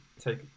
take